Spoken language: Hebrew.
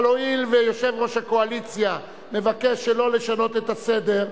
אבל הואיל ויושב-ראש הקואליציה מבקש שלא לשנות את הסדר,